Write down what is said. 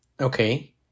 Okay